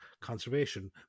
conservation